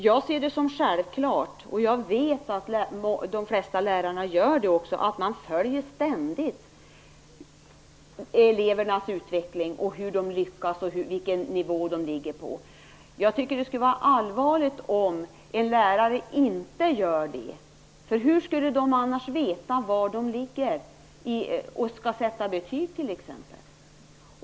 Jag ser det som självklart - och det vet jag att de flesta lärare gör - att man ständigt följer elevernas utveckling, hur de lyckas och vilken nivå de ligger på. Jag tycker att det skulle vara allvarligt om lärarna inte gjorde det. Hur skulle de annars veta var eleven ligger t.ex. när de skall sätta betyg?